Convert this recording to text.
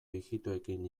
ijitoekin